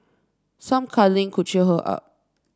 some cuddling could cheer her up